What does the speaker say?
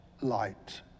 light